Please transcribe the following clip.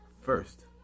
First